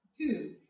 two